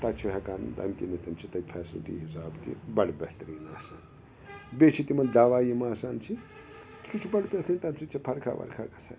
تَتہِ چھُ ہٮ۪کان تَمہِ کِنتھ تِم چھِ تَتہِ فیسَلٹی حِساب تہِ بَڑٕ بہتریٖن آسان بیٚیہِ چھِ تِمَن دَوا یِم آسان چھِ سُہ چھُ بَڑٕ بہتریٖن تَمہِ سۭتۍ چھِ فرکھا وَرکھا گژھان